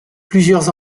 plusieurs